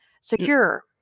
secure